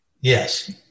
Yes